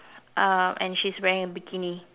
um and she is wearing a bikini